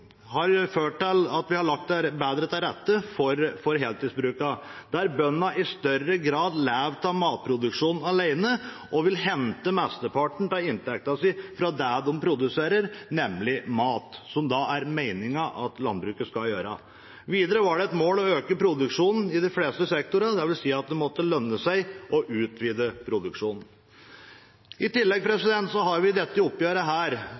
har ført til at vi har lagt bedre til rette for heltidsbrukene, der bøndene i større grad lever av matproduksjon alene og vil hente mesteparten av inntekten sin fra det de produserer, nemlig mat, som det er meningen at landbruket skal gjøre. Videre var det et mål å øke produksjonen i de fleste sektorer, dvs. at det måtte lønne seg å utvide produksjonen. I tillegg har vi i dette oppgjøret